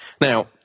Now